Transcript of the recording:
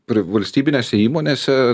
pri valstybinėse įmonėse